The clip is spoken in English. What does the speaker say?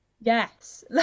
yes